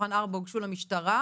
מתוכן ארבע הוגשו למשטרה,